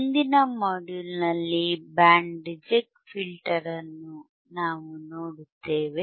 ಮುಂದಿನ ಮಾಡ್ಯೂಲ್ ನಲ್ಲಿ band reject filter ಅನ್ನು ನಾವು ನೋಡುತ್ತೇವೆ